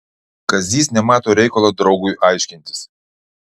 kazys nemato reikalo draugui aiškintis